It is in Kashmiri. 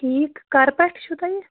ٹھیٖک کَرٕ پٮ۪ٹھ چھُو تۄہہِ یہِ